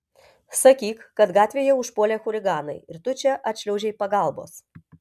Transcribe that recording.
sakyk kad gatvėje užpuolė chuliganai ir tu čia atšliaužei pagalbos